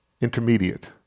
intermediate